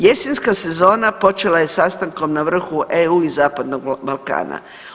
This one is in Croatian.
Jesenska sezona počela je sastankom na vrhu EU i Zapadnog Balkana.